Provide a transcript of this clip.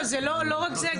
לא רק זה,